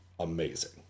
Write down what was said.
Amazing